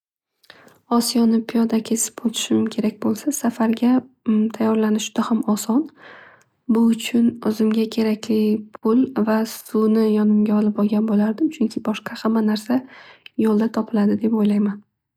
Osiyoni piyoda kesib o'tishim kerak bo'lsa safarga tayorlanish juda ham oson. Bu uchun o'zimga kerakli bo'lgan pul va suvni yonimga olib olgan bo'lardim. Chunki boshqa hamma narsa yo'lda topiladi deb o'ylayman.